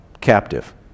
captive